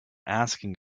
asking